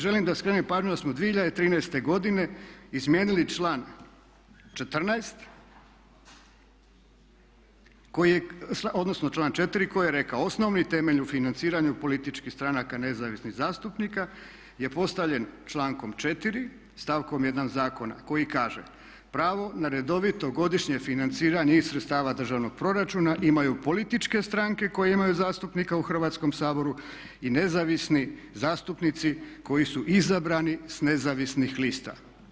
Želim da skrenem pažnju da smo 2013. godine izmijenili član 14. koji je, odnosno članak 4. koji je rekao, osnovni temelj u financiranju političkih stranaka nezavisnih zastupnika je postavljen člankom 4., stavkom 1. Zakona koji kaže: "Pravo na redovito godišnje financiranje iz sredstava državnog proračuna imaju političke stranke koje imaju zastupnika u Hrvatskom saboru i nezavisni zastupnici koji su izabrani s nezavisnih lista.